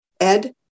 Ed